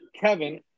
Kevin